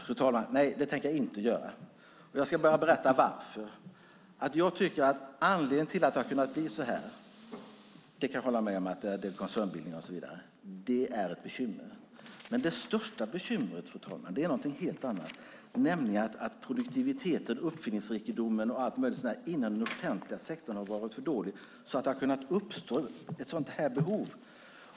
Fru talman! Nej, det tänker jag inte göra, och jag ska berätta varför. Jag tycker att anledningen till att det har kunnat bli så här, koncernbildning och så vidare, det är ett bekymmer. Det kan jag hålla med om. Men det största bekymret, fru talman, är något helt annat, nämligen att produktiviteten och uppfinningsrikedomen och allt möjligt inom den offentliga sektorn har varit för dålig. På det viset har det kunnat uppstå ett sådant här behov.